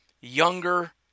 younger